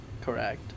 Correct